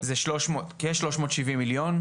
זה כשלוש מאות שבעים מיליון.